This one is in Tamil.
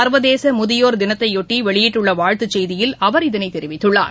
சா்வதேசமுதியோா் தினத்தையொட்டி வெளியிட்டுள்ளவாழ்த்துச் செய்தியில் அவர் இதனைதெரிவித்துள்ளார்